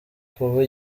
kuba